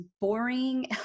boring